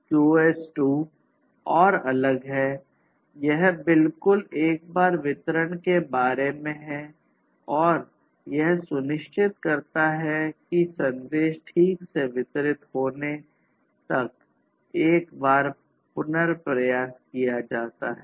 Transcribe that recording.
QoS 2 और अलग है यह बिल्कुल एक बार वितरण के बारे में है और यह सुनिश्चित करता है कि संदेश ठीक से वितरित होने तक एक बार पुनर्प्रयास किया जाता है